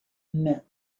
met